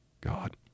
God